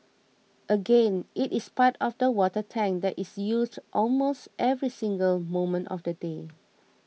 again it is part of the water tank that is used almost every single moment of the day